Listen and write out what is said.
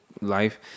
life